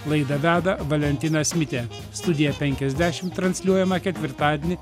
laidą veda valentinas mitė studija penkiasdešimt transliuojama ketvirtadienį